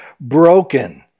broken